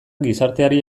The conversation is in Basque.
gizarteari